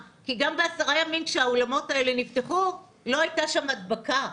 כי גם בעשרה הימים שהאולמות האלה נפתחו לא הייתה שם הדבקה.